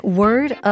word